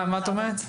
מה עוד את אומרת?